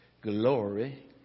Glory